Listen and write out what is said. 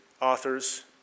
authors